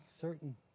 certain